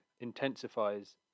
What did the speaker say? intensifies